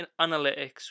analytics